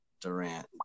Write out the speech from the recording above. Durant